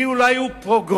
כאילו לא היו פוגרומים.